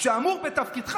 שאמור מתפקידך,